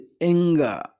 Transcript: anger